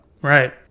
Right